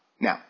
Now